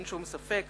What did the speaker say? אין שום ספק,